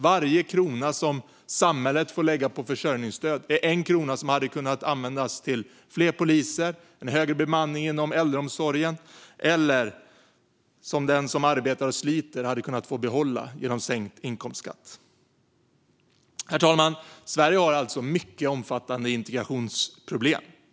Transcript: Varje krona som samhället får lägga på försörjningsstöd är en krona som hade kunnat läggas på fler poliser, på en högre bemanning inom äldreomsorgen eller som den som arbetar och sliter hade kunnat få behålla genom sänkt inkomstskatt. Herr talman! Sverige har alltså mycket omfattande integrationsproblem.